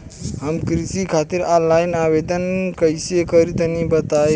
हम कृषि खातिर आनलाइन आवेदन कइसे करि तनि बताई?